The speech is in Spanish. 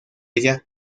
ella